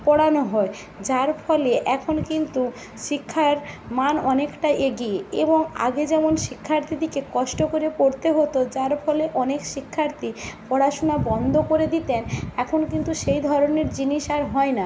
পড়ানো হয় যার ফলে এখন কিন্তু শিক্ষার মান অনেকটা এগিয়ে এবং আগে যেমন শিক্ষার্থীদিকে কষ্ট করে পড়তে হতো যার ফলে অনেক শিক্ষার্থী পড়াশুনা বন্ধ করে দিতেন এখন কিন্তু সেই ধরনের জিনিস আর হয় না